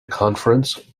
conference